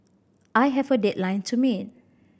I have a deadline to meet